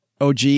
OG